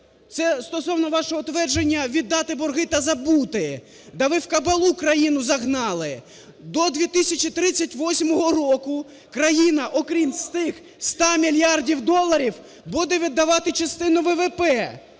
Це стосовно вашого твердження віддати борги та забути. Та ви в кабалу країну загнали! До 2038 року країна, окрім з тих 100 мільярдів доларів, буде віддавати частину ВВП.